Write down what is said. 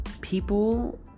people